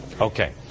Okay